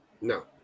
No